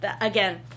again